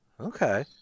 Okay